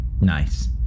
nice